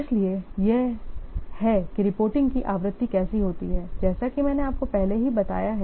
इसलिए यह है कि रिपोर्टिंग की आवृत्ति कैसे होती है जैसा कि मैंने आपको पहले ही बताया है